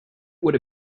would